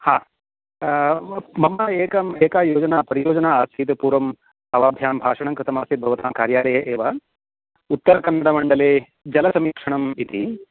हा मम एकम् एका योजना परियोजना असीत् पूर्वम् अवाभ्यां भाषणं कृतमासीत् भवतां कर्यालये एव उत्तरकन्नडमण्डले जलसमीक्षणम् इति